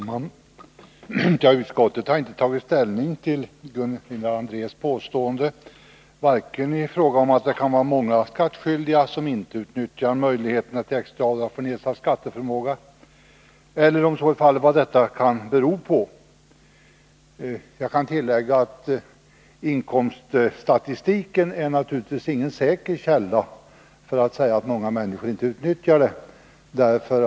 Herr talman! Utskottet har inte tagit ställning till Gunilla Andrés påstående, vare sig i fråga om att det kan finnas många skattskyldiga som inte utnyttjar möjligheten till extra avdrag för nedsatt skatteförmåga eller vad detta i så fall kan bero på. Jag kan tillägga att inkomststatistiken naturligtvis inte är någon säker källa för att man skall kunna säga att många människor inte utnyttjar möjligheten.